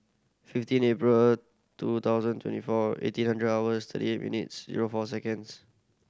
fifteen April two thousand twenty four eighteen hundred hours thirty eight minutes zero four seconds